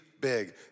big